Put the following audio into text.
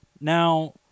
Now